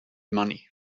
money